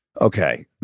Okay